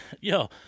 Yo